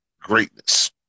greatness